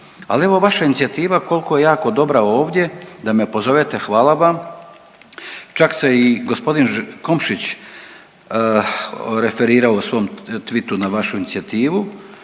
Ali evo vaša inicijativa, koliko je jako dobra ovdje, da me pozovete, hvala vam. Čak se i g. Komšić referirao u svom twitu na vašu inicijativu